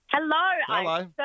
Hello